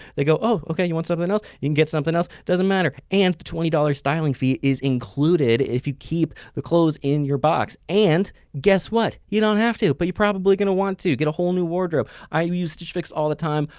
they go oh, okay, you want something else? you can get something else, it doesn't matter. and the twenty dollars styling fee is included if you keep the clothes in your box. and guess what? you don't have to but you're probably gonna want to, get a whole new wardrobe. i use stitchfix all the time,